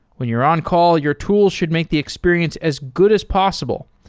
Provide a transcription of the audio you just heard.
when you're on-call, your tool should make the experience as good as possible,